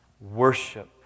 Worship